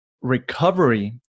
recovery